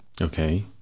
Okay